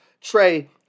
Trey